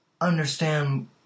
understand